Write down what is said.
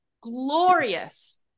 glorious